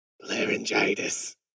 laryngitis